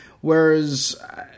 whereas